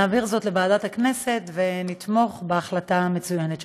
נעביר זאת לוועדת הכנסת ונתמוך בהחלטה המצוינת שלך.